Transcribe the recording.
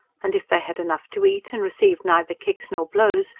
and, if they had enough to eat, and received neither kicks nor blows,